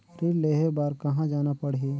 ऋण लेहे बार कहा जाना पड़ही?